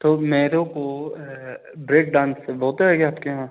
तो मेरे को ब्रेक डांस होता है क्या आपके यहाँ